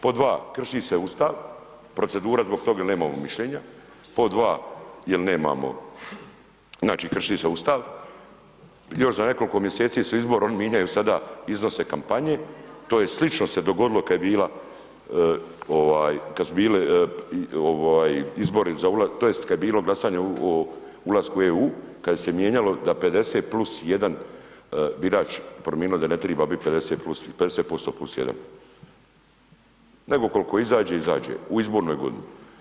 Pod dva, krši se ustav, procedura zbog toga nemamo mišljenja, pod dva, jel nemamo, znači, krši se ustav, još za nekoliko mjeseci su izbori, oni minjaju sada iznose kampanje, to je slično se dogodilo kad je bila, kad su bili izbori tj. kad je bilo glasanje o ulasku u EU, kada se mijenjalo da 50 + 1 birač prominilo da ne triba biti 50% + 1, nego koliko izađe, izađe, u izbornoj godini.